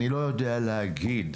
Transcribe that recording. אני לא יודע להגיד.